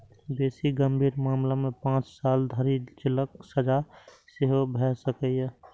बेसी गंभीर मामला मे पांच साल धरि जेलक सजा सेहो भए सकैए